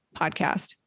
podcast